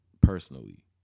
personally